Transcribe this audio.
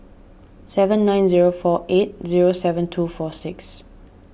seven nine zero four eight zero seven two four six